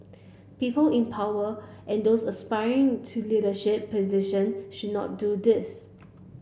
people in power and those aspiring to leadership position should not do this